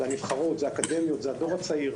זה הנבחרות, זה האקדמיות, זה הדור הצעיר.